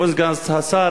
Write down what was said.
כבוד סגן השר,